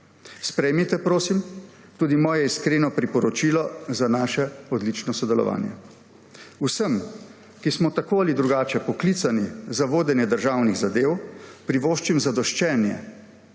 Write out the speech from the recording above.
Sprejmite prosim tudi moje iskreno priporočilo za naše odlično sodelovanje. Vsem, ki smo tako ali drugače poklicani za vodenje državnih zadev, privoščim zadoščenje,